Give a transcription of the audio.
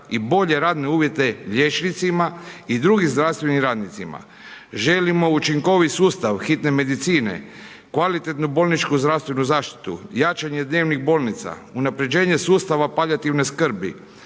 i bolje radne uvjete liječnicima i drugim zdravstvenim radnicima. Želimo učinkovit sustav hitne medicine, kvalitetnu bolničku zdravstvenu zaštitu, jačanje dnevnih bolnica, unapređenje sustava palijativna skrbi,